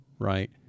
Right